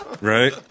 Right